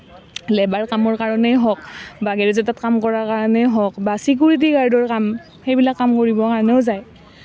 labour কামৰ কাৰণেই হওঁক বা গেৰেজ এটাত কাম কৰাৰ কাৰণেই হওঁক বা ছিকুৰিটি গাৰ্ডৰ কাম সেইবিলাক কাম কৰিবৰ কাৰণেও যায়